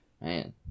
Man